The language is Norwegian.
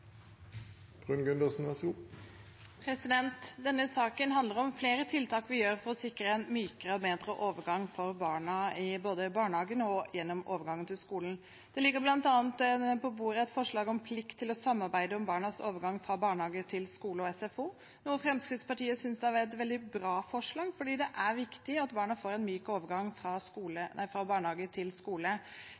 Denne saken handler om flere tiltak vi gjør for å sikre en mykere og bedre overgang for barna fra barnehage til skole. Det ligger på bordet bl.a. et forslag om plikt til å samarbeide om barnas overgang fra barnehage til skole og SFO, noe Fremskrittspartiet synes er et veldig bra forslag, fordi det er viktig at barna får en myk overgang fra barnehage til skole. Den gjensidige plikten som nå etableres mellom barnehagene og skolen, vil sørge for at barna vil få en introduksjon til